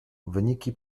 wyniki